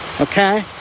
okay